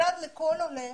במשרד לכל עולה